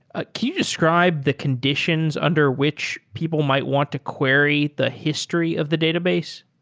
ah can you describe the conditions under which people might want to query the history of the database?